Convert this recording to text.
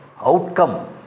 outcome